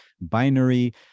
binary